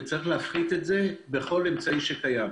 וצריך להפחית את זה בכל אמצעי שקיים,